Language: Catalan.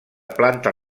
planta